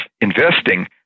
investing